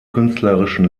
künstlerischen